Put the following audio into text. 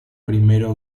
primero